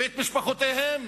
ואת משפחותיהם